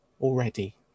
already